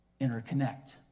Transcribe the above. interconnect